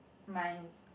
mine